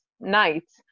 nights